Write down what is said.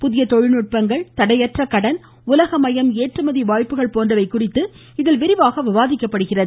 புதிய தொழில்நுட்பங்கள் தடையற்ற கடன் உலகமயம் ஏற்றுமதி வாய்ப்புகள் போன்றவை குறித்து இதில் விரிவாக விவாதிக்கப்படுகிறது